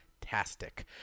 fantastic